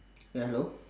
ya hello